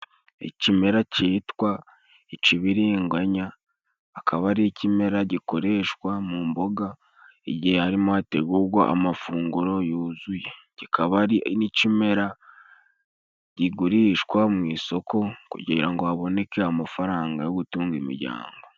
Icimera citwa icibiringanya, akaba ari ikimera gikoreshwa mu mboga igihe harimo hategugwa amafunguro yuzuye, kikaba ari n'ikimera gigurishwa mu isoko kugira ngo haboneke amafaranga yo gutunga imijyango.